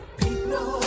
people